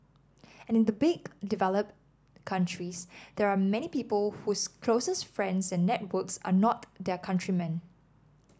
and in the big developed countries there are many people whose closest friends and networks are not their countrymen